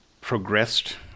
progressed